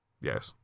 Yes